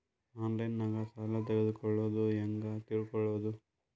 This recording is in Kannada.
ಆನ್ಲೈನಾಗ ಸಾಲ ತಗೊಳ್ಳೋದು ಹ್ಯಾಂಗ್ ತಿಳಕೊಳ್ಳುವುದು?